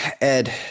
ed